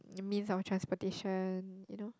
means of transportation you know